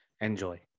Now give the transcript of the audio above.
enjoy